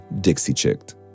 Dixie-chicked